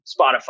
Spotify